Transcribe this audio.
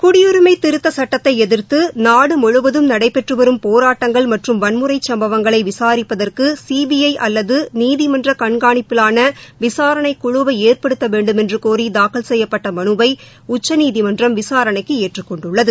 குடியுரிமை திருத்தச் சுட்டத்தை எதிர்த்து நாடு முழுவதும் நடைபெற்று வரும் போராட்டங்கள் மற்றும் வன்முறை சம்பவங்களை விசாரிப்பதற்கு சிபிஐ அல்லது நீதிமன்ற கண்காணிப்பிலான விசாரணைக் குழுவை ஏற்படுத்த வேண்டுமென்று கோரி தாக்கல் செய்யப்பட்ட மனுவை உச்சநீதிமன்றம் விசாரணைக்கு ஏற்றுக் கொண்டுள்ளது